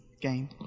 game